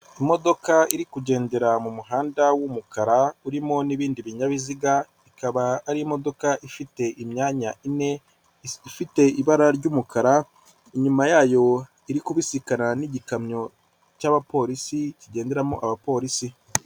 Imodoka iri kugendera mu muhanda w'umukara, urimo n'ibindi binyabiziga, ikaba ari imodoka ifite imyanya ine, ifite ibara ry'umukara, inyuma yayo iri kubisikana n'igikamyo cy'abapolisi kigenderamo abapolisi.